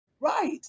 Right